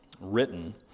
written